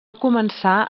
començar